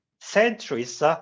centuries